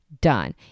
done